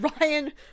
Ryan